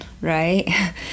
right